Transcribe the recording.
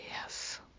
Yes